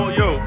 yo